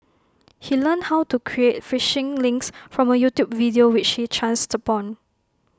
he learned how to create phishing links from A YouTube video which he chanced upon